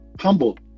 Humble